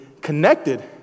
connected